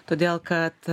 todėl kad